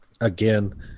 again